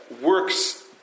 works